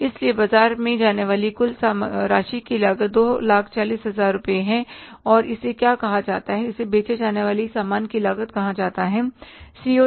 इसलिए बाजार में जाने वाली कुल राशि की लागत 240000 रुपये है और इसे क्या कहा जाता है इसे बेचे जाने वाले सामान की लागत कहा जाता है COGS